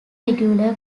regular